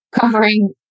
covering